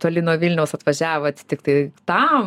toli nuo vilniaus atvažiavot tiktai tam